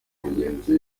mugenzi